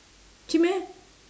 cheap meh